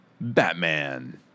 Batman